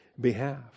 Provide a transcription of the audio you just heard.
behalf